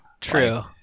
true